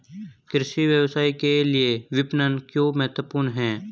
कृषि व्यवसाय के लिए विपणन क्यों महत्वपूर्ण है?